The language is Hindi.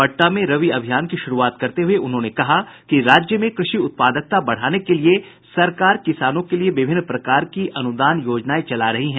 पटना में रबी अभियान की शुरूआत करते हुए उन्होंने कहा कि राज्य में कृषि उत्पादकता बढ़ाने के लिये सरकार किसानों के लिये विभिन्न प्रकार की अनुदान योजनाएं चला रही हैं